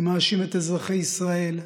אני מאשים את אזרחי ישראל,